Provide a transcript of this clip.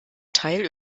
teil